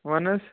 وَن حظ